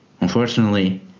Unfortunately